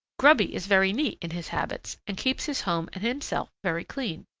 grubby is very neat in his habits and keeps his home and himself very clean.